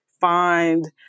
find